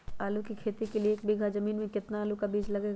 आलू की खेती के लिए एक बीघा जमीन में कितना आलू का बीज लगेगा?